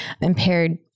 impaired